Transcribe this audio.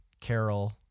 Carol